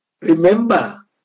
Remember